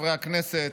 הכנסת,